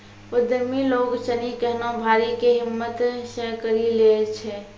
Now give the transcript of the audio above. उद्यमि लोग सनी केहनो भारी कै हिम्मत से करी लै छै